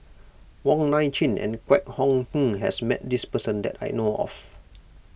Wong Nai Chin and Kwek Hong Png has met this person that I know of